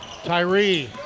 Tyree